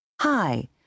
Hi